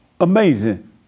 Amazing